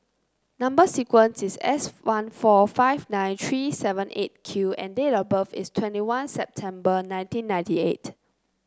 number sequence is S one four five nine three seven Eight Q and date of birth is twenty one September nineteen ninety eight